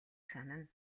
санана